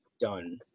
done